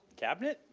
cabinet,